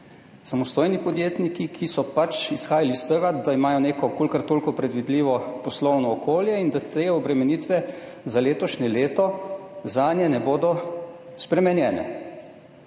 samostojni podjetniki, ki so pač izhajali iz tega, da imajo neko kolikor toliko predvidljivo poslovno okolje in da te obremenitve za letošnje leto zanje ne bodo spremenjene.